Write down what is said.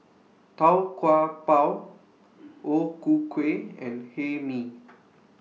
Tau Kwa Pau O Ku Kueh and Hae Mee